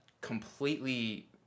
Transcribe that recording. completely